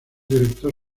director